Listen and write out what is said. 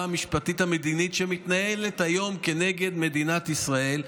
המשפטית-המדינית שמתנהלת היום כנגד מדינת ישראל,